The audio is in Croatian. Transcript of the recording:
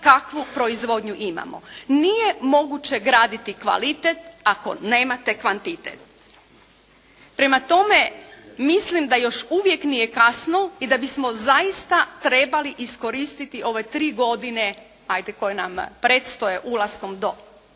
kakvu proizvodnju imamo. Nije moguće graditi kvalitet ako nemate kvantitet. Prema tome mislim da još uvijek nije kasno i da bismo zaista trebali iskoristiti ove tri godine ajde koje nam predstoje ulaskom do